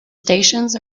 stations